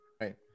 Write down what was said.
Right